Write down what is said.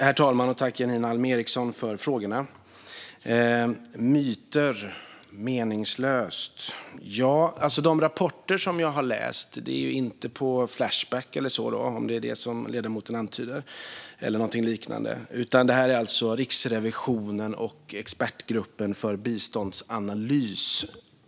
Herr talman! Tack för frågorna, Janine Alm Ericson! När det gäller myter och att det är meningslöst kommer de rapporter jag har läst inte från Flashback eller något sådant, ifall det är vad ledamoten antyder. De kommer från Riksrevisionen och Expertgruppen för biståndsanalys.